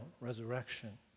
resurrection